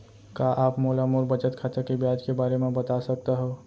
का आप मोला मोर बचत खाता के ब्याज के बारे म बता सकता हव?